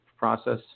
process